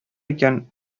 икән